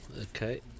Okay